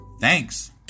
Thanks